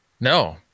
No